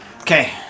Okay